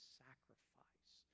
sacrifice